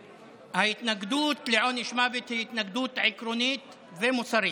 ההתנגדות לעונש מוות היא התנגדות עקרונית ומוסרית,